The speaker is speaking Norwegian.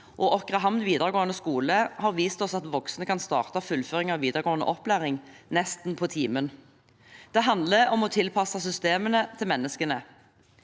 Åkrehamn videregående skole har vist oss at voksne kan starte fullføring av videregående opplæring nesten på timen. Det handler om å tilpasse systemene til menneskene.